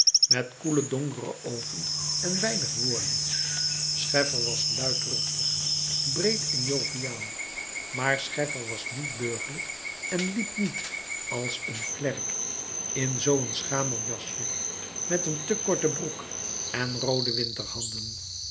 met koele donkere oogen en weinig woorden scheffer was luidlouis couperus metamorfoze ruchtig breed en joviaal maar scheffer was niet burgerlijk en liep niet als een klerk in zoo een schamel jasje met een te korte broek en roode